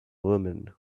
woman